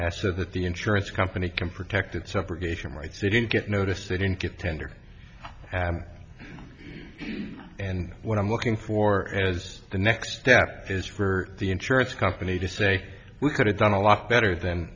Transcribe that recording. has said that the insurance company can protect its operation right so they didn't get noticed they didn't get tender and what i'm looking for as the next step is for the insurance company to say we could've done a lot better than